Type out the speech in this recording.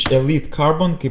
elite carbon.